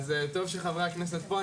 אז טוב שחברי הכנסת פה,